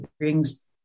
brings